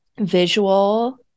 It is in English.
visual